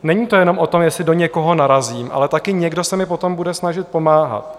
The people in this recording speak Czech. Není to jenom o tom, jestli do někoho narazím, ale také někdo se mi potom bude snažit pomáhat.